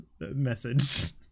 message